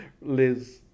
Liz